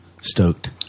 stoked